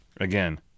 Again